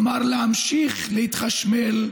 כלומר, להמשיך להתחשמל,